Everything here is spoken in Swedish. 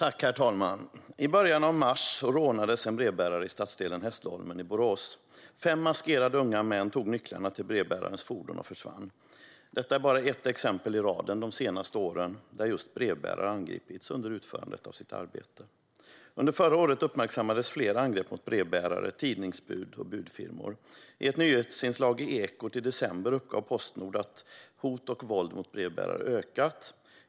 Herr talman! I början av mars rånades en brevbärare i stadsdelen Hässleholmen i Borås. Fem maskerade unga män tog nycklarna till brevbärarens fordon och försvann. Detta är bara ett exempel i raden de senaste åren där just brevbärare angripits under utförandet av sitt arbete. Under förra året uppmärksammades flera angrepp mot brevbärare, tidningsbud och budfirmor. I ett nyhetsinslag i Ekot i december uppgav Postnord att hot och våld mot brevbärare ökat.